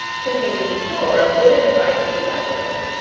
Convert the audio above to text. containing store of good advice for bachelors,